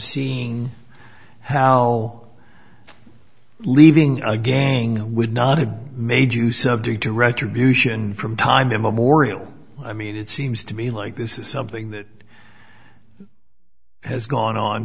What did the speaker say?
seeing how leaving our gang would not have made you subject to retribution from time immemorial i mean it seems to me like this is something that has gone on